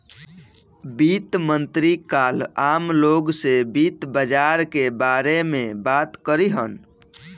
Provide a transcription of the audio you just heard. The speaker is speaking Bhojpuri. वित्त मंत्री काल्ह आम लोग से वित्त बाजार के बारे में बात करिहन